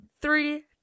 Three